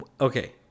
Okay